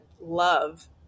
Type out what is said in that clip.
love